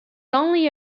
only